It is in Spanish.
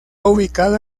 ubicado